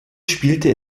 spielte